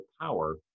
power